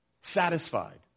satisfied